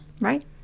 Right